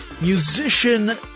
musician